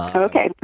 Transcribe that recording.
ah okay